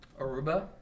aruba